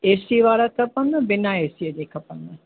ए C वारा खपेनि बिना ए सी जे खपेनि